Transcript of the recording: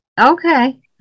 Okay